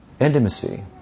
intimacy